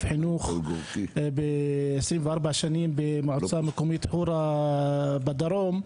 חינוך 24 שנים במועצה מקומית אורה בדרום,